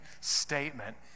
statement